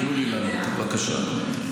תנו לי לענות, בבקשה.